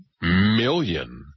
million